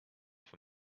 for